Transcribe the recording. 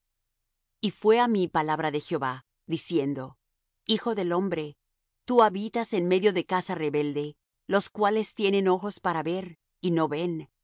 mí palabra de jehová diciendo hijo del hombre tú habitas en medio de casa rebelde los cuales tienen ojos para ver y no ven